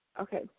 Okay